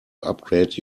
upgrade